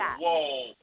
whoa